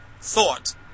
thought